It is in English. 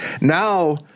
Now